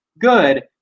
good